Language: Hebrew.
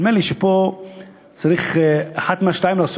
נדמה לי שפה צריך לעשות אחד משניים: